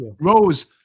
Rose